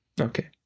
Okay